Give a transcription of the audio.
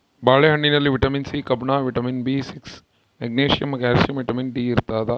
ಬಾಳೆ ಹಣ್ಣಿನಲ್ಲಿ vitamin C ಕಬ್ಬಿಣ vitamin B six magnesium calcium vitamin D ಇರ್ತಾದ